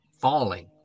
falling